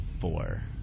four